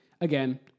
again